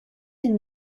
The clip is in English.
and